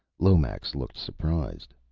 lomax looked surprised.